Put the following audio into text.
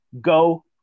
Go